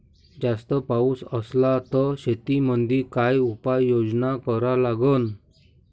जास्त पाऊस असला त शेतीमंदी काय उपाययोजना करा लागन?